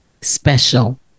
special